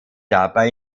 dabei